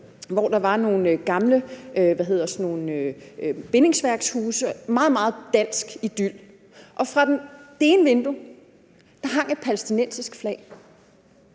hvor der var nogle gamle bindingsværkshuse – en meget, meget dansk idyl. Fra det ene vindue hang et palæstinensisk flag,